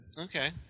okay